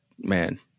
man